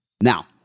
Now